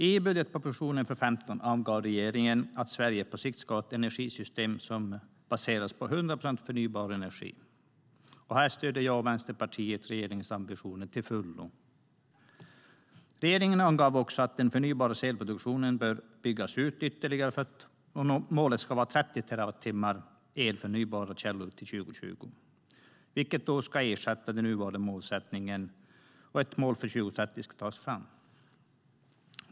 I budgetpropositionen för 2015 angav regeringen att Sverige på sikt ska ha ett energisystem som baseras på 100 procent förnybar energi. Här stöder jag och Vänsterpartiet regeringens ambitioner till fullo. Regeringen angav också att den förnybara elproduktionen bör byggas ut ytterligare. Målet ska vara minst 30 terawattimmar el från förnybara källor 2020, vilket ska ersätta den nuvarande målsättningen. Och ett mål till 2030 ska tas fram.